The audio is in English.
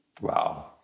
Wow